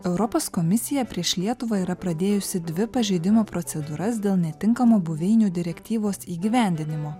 europos komisija prieš lietuvą yra pradėjusi dvi pažeidimo procedūras dėl netinkamo buveinių direktyvos įgyvendinimo